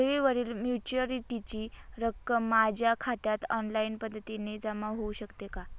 ठेवीवरील मॅच्युरिटीची रक्कम माझ्या खात्यात ऑनलाईन पद्धतीने जमा होऊ शकते का?